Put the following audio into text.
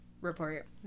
report